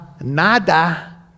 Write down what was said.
Nada